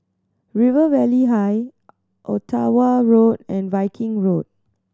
River Valley High Ottawa Road and Viking Road